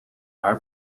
haar